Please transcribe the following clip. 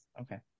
Okay